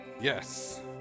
Yes